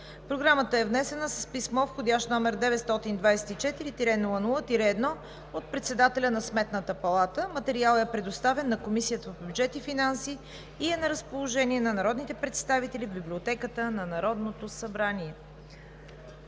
Програмата е внесена с писмо, вх. № 924-00-1, от председателя на Сметната палата. Материалът е предоставен на Комисията по бюджет и финанси. На разположение е на народните представители в Библиотеката на Народното събрание.